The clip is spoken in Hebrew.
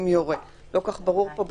אם יורה לא כל כך ברור פה,